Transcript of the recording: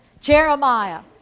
Jeremiah